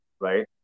right